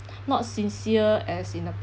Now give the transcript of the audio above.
not sincere as in the